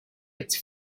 its